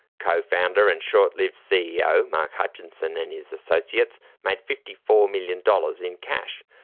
cofounder and short-lived ceo mark hutchinson and his associates made fifty four million dollars in cash,